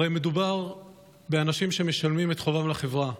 הרי מדובר באנשים שמשלמים את חובם לחברה,